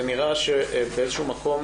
ונראה שבאיזה שהוא מקום